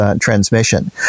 transmission